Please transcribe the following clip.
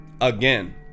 again